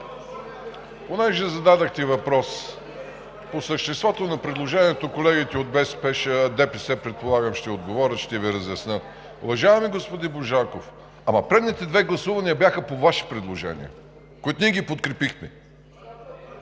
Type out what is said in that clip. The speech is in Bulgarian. понеже зададохте въпрос по съществото на предложението, колегите от ДПС, предполагам, ще отговорят, ще Ви разяснят. Уважаеми господин Божанков, ама предните две гласувания бяха по Ваши предложения, които ние подкрепихме.